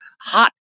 hot